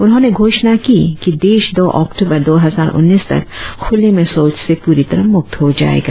उन्होंने घोषणा की कि देश दो अक्टूबर दो हजार उन्नीस तक खुले में शौच से पूरी तरह मुक्त हो जाएगा